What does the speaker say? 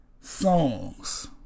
songs